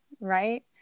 Right